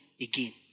again